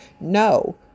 No